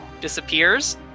disappears